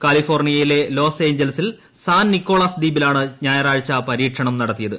കാലിഫോർണിയയിലെ ലോസ് എയ്ഞ്ചൽസിൽ San Nicolas ദ്വീപിലാണ് ഞായറാഴ്ച പരീക്ഷണം നടത്തിയത്